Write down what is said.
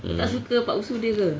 mm